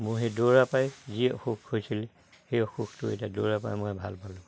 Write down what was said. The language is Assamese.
মোৰ সেই দৌৰা পাই যি অসুখ হৈছিলে সেই অসুখটো এতিয়া দৌৰা পৰাই মই ভাল পালোঁ